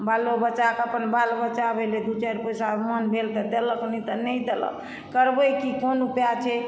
बालो बच्चाके अपन बाल बच्चा भेलै दू चारि पैसा मोन भेल तऽ देलक नहि तऽ नहि देलक करबै की कोन उपाय छै